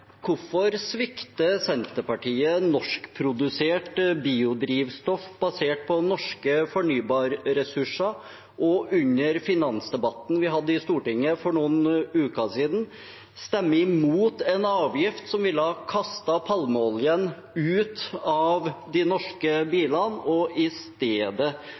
Hvorfor svikter Senterpartiet norskprodusert biodrivstoff basert på norske fornybare ressurser og under finansdebatten vi hadde i Stortinget for noen uker siden, stemte imot en avgift som ville kastet palmeoljen ut av de norske bilene, og i stedet